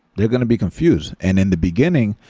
they're going to be confused. and in the beginning,